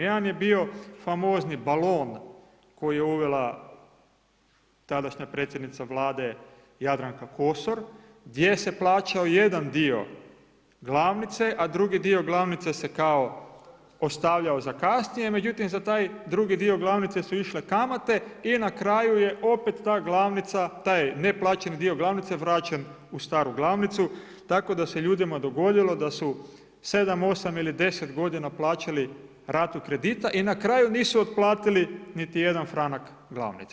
Jedan je bio famozni balon koji je uvela tadašnja predsjednica Vlade Jadranka Kosor gdje se plaćao jedan dio glavnice, a drugi dio glavnice se kao ostavljao za kasnije, međutim za taj drugi dio glavnice su išle kamate i na kraju je opet ta glavnica taj neplaćeni dio glavnice vraćen u staru glavnicu, tako da se ljudima dogodilo da su 7, 8 ili 10 godina plaćaju ratu kredita i na kraju nisu otplatili niti jedan franak glavnice.